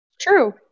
true